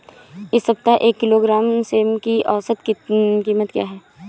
इस सप्ताह एक किलोग्राम सेम की औसत कीमत क्या है?